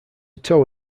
toe